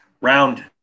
Round